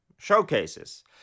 showcases